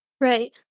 Right